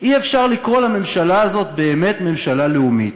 אי-אפשר לקרוא לממשלה הזאת באמת ממשלה לאומית.